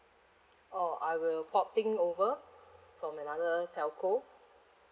oh I will porting over from another telco